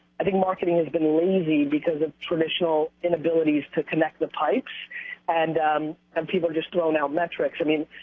i think marketing has been lazy because of traditional inabilities to connect the pipes and and people just throw and out metrics, i mean.